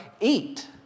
eat